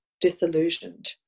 disillusioned